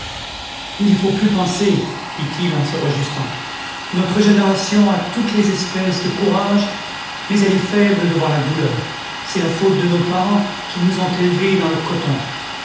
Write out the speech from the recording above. il n'y faut plus penser dit-il en se rajustant notre génération a toutes les espèces de courage mais elle est faible devant la douleur c'est la faute de nos parents qui nous ont élevés dans le coton